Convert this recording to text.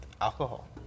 alcohol